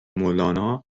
مولانا